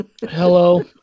Hello